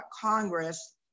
Congress